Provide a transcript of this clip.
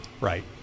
Right